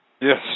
Yes